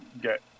get